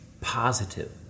positive